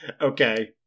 okay